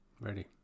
Ready